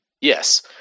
Yes